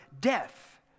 death